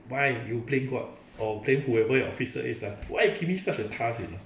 why you blame god or blame whoever your officer is ah why you give me such a task you know